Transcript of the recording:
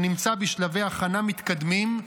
שנמצא בשלבי הכנה מתקדמים,